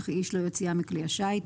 וכי איש לא יוציאם מכלי השיט.